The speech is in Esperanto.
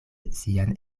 sian